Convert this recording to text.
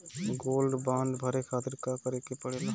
Gold bond भरे खातिर का करेके पड़ेला?